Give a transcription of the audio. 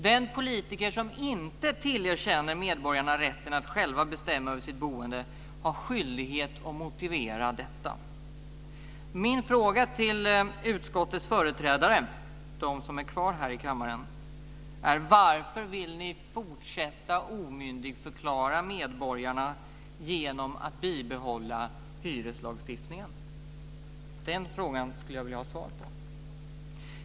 Den politiker som inte tillerkänner medborgarna rätten att själva bestämma över sitt boende har skyldighet att motivera detta. Min fråga till utskottets företrädare - de som är kvar här i kammaren - är: Varför vill ni fortsätta att omyndigförklara medborgarna genom att bibehålla hyreslagstiftningen? Den frågan skulle jag vilja ha svar på.